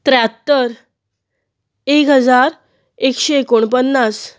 त्र्यात्तर एक हजार एकशे एकोण पन्नास